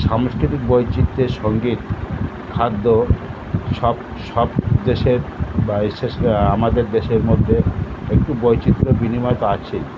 সাংস্কৃতিক বৈচিত্রের সঙ্গে খাদ্য সব সব দেশের বা বিশেষ করে আমাদের দেশের মধ্যে একটি বৈচিত্র্য বিনিময় তো আছেই